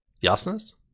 Yasna's